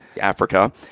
Africa